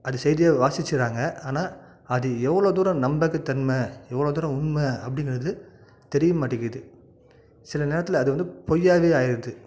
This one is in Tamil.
அது செய்தியை வாசிச்சிடுறாங்க ஆனால் அது எவ்வளோ தூரம் நம்பகத்தன்மை எவ்வளோ தூரம் உண்மை அப்படிங்கறது தெரிய மாட்டிங்கிது சில நேரத்தில் அது வந்து பொய்யாகவே ஆயிடுது